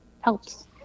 helps